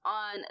on